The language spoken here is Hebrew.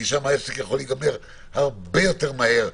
כי שם העסק יכול להיגמר הרבה יותר מהר,